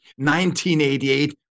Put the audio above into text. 1988